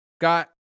Got